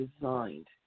designed